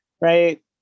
right